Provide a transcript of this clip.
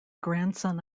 grandson